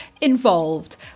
involved